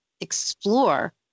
explore